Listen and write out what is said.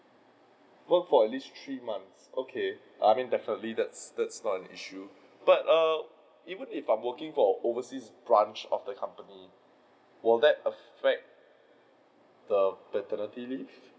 work for at least three months okay I mean definitely that that's not an issue but err even if I'm working for overseas branch of the company will that affect the paternity leave